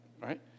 right